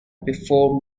before